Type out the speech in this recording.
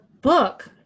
book